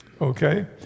okay